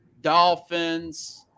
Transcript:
Dolphins